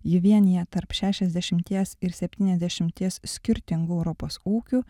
ji vienija tarp šešiasdešimties ir septyniasdešimties skirtingų europos ūkių